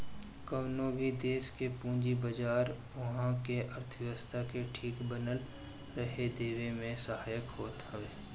कवनो भी देस के पूंजी बाजार उहा के अर्थव्यवस्था के ठीक बनल रहे देवे में सहायक होत हवे